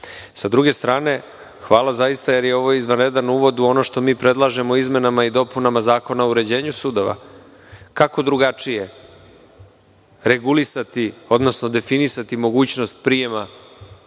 druge strane, hvala zaista jer je ovo izvanredan uvod u ono što mi predlažemo izmenama i dopunama Zakona o uređenju sudova. Kako drugačije regulisati, odnosno definisati mogućnost prijema